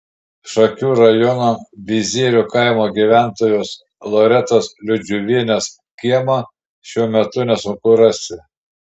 šakių rajono bizierių kaimo gyventojos loretos liudžiuvienės kiemą šiuo metu nesunku rasti